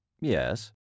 Yes